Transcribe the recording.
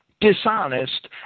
dishonest